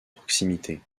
proximité